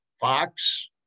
Fox